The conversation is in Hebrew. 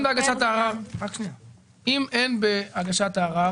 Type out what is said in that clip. אם אין בהגשת הערר